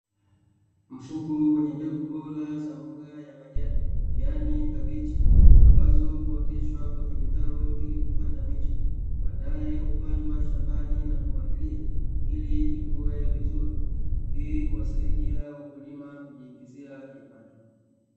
Mfuko wenye mbegu bora za mboga ya majani yaani kabichi ambazo huoteshwa kwenye vitalu ili kupata miche baadae hupandwa shambani na kumwagilia ili ikuwe vizuri, hii huwasaidia wakulima kujiingizia kipato.